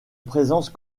présence